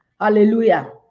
Hallelujah